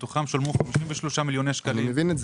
מתוכם שולמו 53 מיליון שקלים.